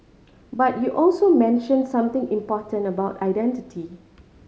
but you also mention something important about identity